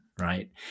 right